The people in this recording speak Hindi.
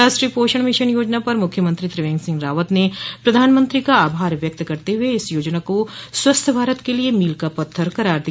राष्ट्रीय पोषण मिशन योजना पर मुख्यमंत्री त्रिवेन्द्र सिंह रावत ने प्रधानमंत्री का आभार व्यक्त करते हुए इस योजना को स्वस्थ भारत के लिए मील का पत्थर करार दिया